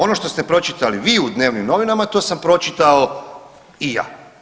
Ono što ste pročitali vi u dnevnim novinama to sam pročitao i ja.